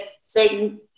certain